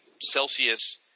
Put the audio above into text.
Celsius